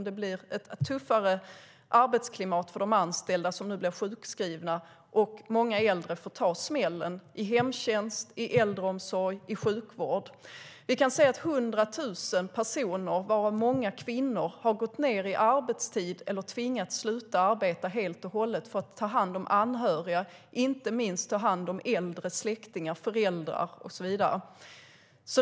Det blir ett tuffare arbetsklimat för de anställda, som nu blir sjukskrivna. Många äldre får ta smällen i hemtjänst, äldreomsorg och sjukvård. Vi kan se att hundra tusen personer, varav många kvinnor, har gått ned i arbetstid eller tvingats sluta arbeta helt och hållet för att ta hand om anhöriga. Det gäller inte minst att ta hand om äldre släktingar som föräldrar och så vidare.